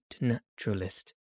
naturalist